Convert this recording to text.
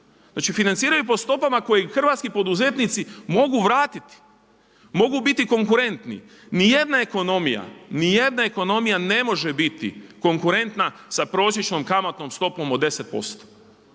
financiraju po stopama koji hrvatski poduzetnici mogu vratiti, mogu biti konkurentni. Nijedna ekonomija ne može biti konkurentna sa prosječnom kamatnom stopom od 10%,